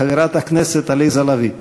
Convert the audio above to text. הרווחה והבריאות להכנתה לקריאה ראשונה.